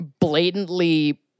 blatantly